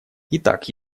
итак